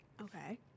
Okay